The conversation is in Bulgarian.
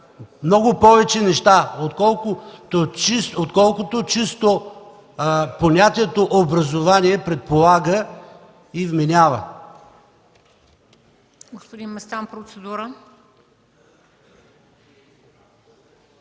много повече неща, отколкото чистото понятие „образование” предполага и вменява.